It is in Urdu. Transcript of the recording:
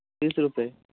تیس روپے